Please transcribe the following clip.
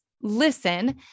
listen